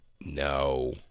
No